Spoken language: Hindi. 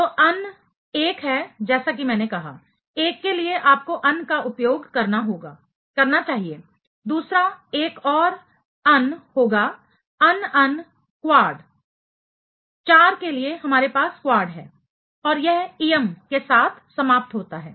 तो अन 1 है जैसा कि मैंने कहा 1 के लिए आपको अन का उपयोग करना चाहिए दूसरा एक और उन होगा अन अन क्वाड 4 के लिए हमारे पास क्वाड है और यह इयम के साथ समाप्त होता है